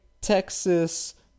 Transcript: Texas